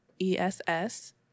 ESS